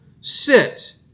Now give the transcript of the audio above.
sit